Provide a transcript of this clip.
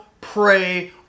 pray